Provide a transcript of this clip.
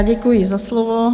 Děkuji za slovo.